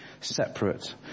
separate